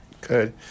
good